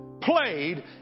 played